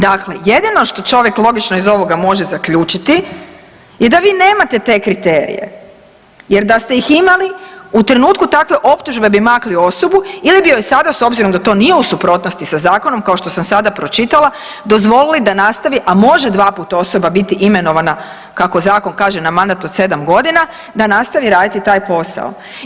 Dakle, jedino što čovjek logično iz ovoga može zaključiti je da vi nemate te kriterije jer da ste ih imali u trenutku takve optužbe bi makli osobu ili bi joj sada s obzirom da to nije u suprotnosti sa zakonom kao što sam sada pročitala, dozvolili da nastavi, a može 2 puta osoba biti imenovana kako zakon kaže na mandat od 7 godina, da nastavi raditi taj posao.